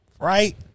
Right